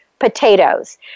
potatoes